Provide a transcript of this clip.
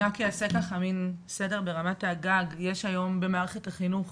להערכתנו, יש היום במערכת החינוך